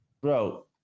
bro